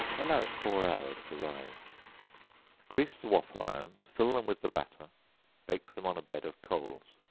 allow it four hours to rise grease the waffle-irons, fill them with the batter bake them on a bed of coals.